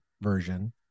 version